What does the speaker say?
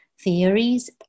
theories